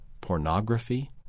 pornography